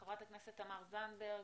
בבקשה, חברת הכנסת תמר זנדברג.